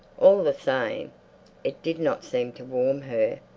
all the same, it did not seem to warm her.